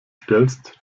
stellst